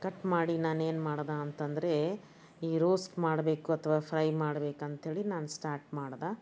cut ಮಾಡಿ ನಾನು ಏನ್ಮಾಡ್ದೆ ಅಂತ ಅಂದ್ರೆ ಈ ರೋಸ್ಟ್ ಮಾಡಬೇಕು ಅಥ್ವಾ ಫ್ರೈ ಮಾಡ್ಬೇಕಂಥೇಳಿ ನಾನು ಸ್ಟಾರ್ಟ್ ಮಾಡ್ದೆ